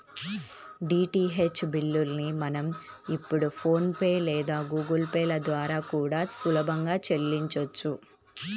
DTH బిల్లుల్ని మనం ఇప్పుడు ఫోన్ పే లేదా గుగుల్ పే ల ద్వారా కూడా సులభంగా చెల్లించొచ్చు